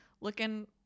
looking